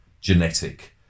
genetic